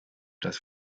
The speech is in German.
das